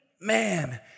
man